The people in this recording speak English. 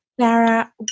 Sarah